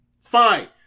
fine